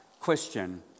Question